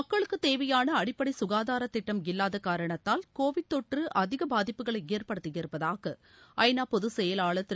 மக்களுக்கு தேவையான அடிப்படை சுகாதார திட்டம் இல்லாத காரணத்தால் கோவிட் தொற்று அதிக பாதிப்புகளை ஏற்படுத்தியிருப்பதாக ஐ நாட்பொது செயலாளர் திரு